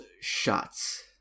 Shots